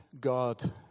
God